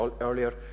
earlier